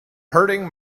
hurting